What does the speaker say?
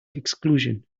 exclusion